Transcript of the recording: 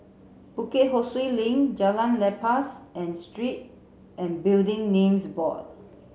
Bukit Ho Swee Link Jalan Lepas and Street and Building Names Board